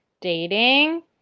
dating